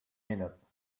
minutes